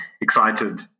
excited